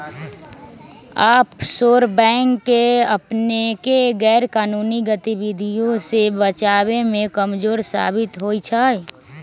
offshore bank अपनेके गैरकानूनी गतिविधियों से बचाबे में कमजोर साबित होइ छइ